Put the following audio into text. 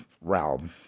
realm